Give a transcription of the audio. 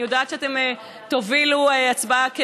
אני יודעת שאתם תובילו הצבעה נגד,